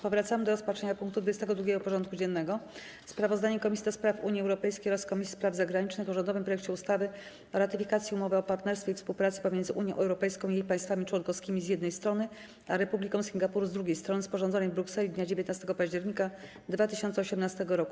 Powracamy do rozpatrzenia punktu 22. porządku dziennego: Sprawozdanie Komisji do Spraw Unii Europejskiej oraz Komisji Spraw Zagranicznych o rządowym projekcie ustawy o ratyfikacji Umowy o partnerstwie i współpracy pomiędzy Unią Europejską i jej państwami członkowskimi, z jednej strony, a Republiką Singapuru, z drugiej strony, sporządzonej w Brukseli dnia 19 października 2018 r.